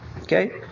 Okay